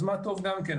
מה טוב גם כן,